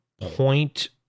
point